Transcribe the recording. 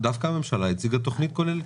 הממשלה דווקא הציגה תוכנית כוללת.